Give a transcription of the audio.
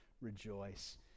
rejoice